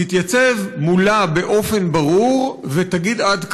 תתייצב מולה באופן ברור ותגיד: עד כאן,